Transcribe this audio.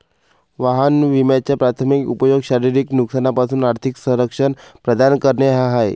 वाहन विम्याचा प्राथमिक उपयोग शारीरिक नुकसानापासून आर्थिक संरक्षण प्रदान करणे हा आहे